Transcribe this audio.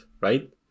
right